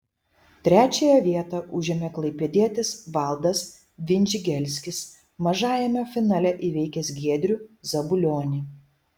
trečiąją vietą užėmė klaipėdietis valdas vindžigelskis mažajame finale įveikęs giedrių zabulionį